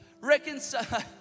Reconcile